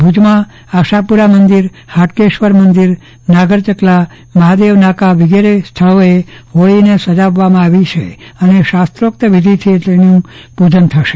ભુજમાં આશાપુરા મંદિર હાટકેશ્વર મંઘિર નાગર ચકલા મહાદેવનાકા વિગેરે વિસ્તારોમાં હોળીને જાવવામાં આવી છે અને શાસ્ત્રોકત વિધીથી પુજન થશે